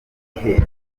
ihenze